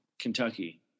kentucky